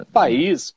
país